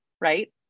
right